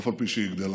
אף על פי שהיא גדלה.